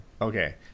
Okay